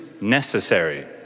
necessary